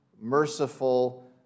merciful